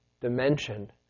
dimension